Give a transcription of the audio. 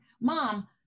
Mom